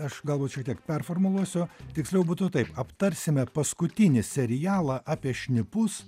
aš galbūt šiek tiek performuluosiu tiksliau būtų taip aptarsime paskutinį serialą apie šnipus